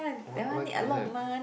what what don't have